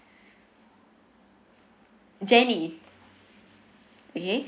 jenny okay